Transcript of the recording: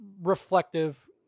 reflective